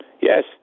Yes